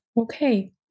Okay